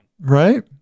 Right